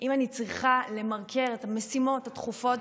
אם אני צריכה למרקר את המשימות הדחופות